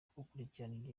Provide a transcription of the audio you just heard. kubakurikiranira